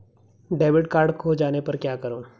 Debit card खो जाने पर क्या करूँ?